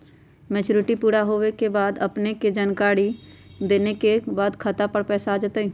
Maturity पुरा होवे के बाद अपने के जानकारी देने के बाद खाता पर पैसा आ जतई?